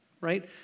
right